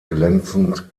glänzend